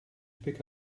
pick